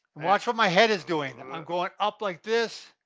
watch what my head is doing. i'm going up like this,